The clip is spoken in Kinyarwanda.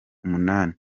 umunani